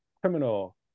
criminal